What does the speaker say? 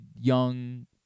young